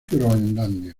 groenlandia